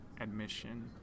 admission